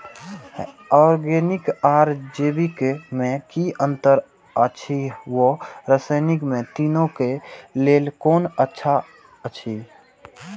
Organic आर जैविक में कि अंतर अछि व रसायनिक में तीनो क लेल कोन अच्छा अछि?